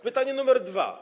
Pytanie nr 2.